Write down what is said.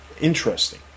interesting